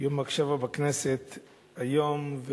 יום ההקשבה בכנסת היום.